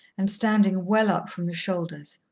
and standing well up from the shoulders.